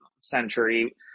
century